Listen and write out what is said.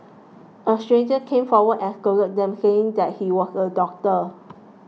a stranger came forward and scolded them saying that he was a doctor